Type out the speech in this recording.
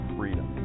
freedom